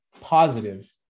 positive